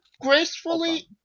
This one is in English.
gracefully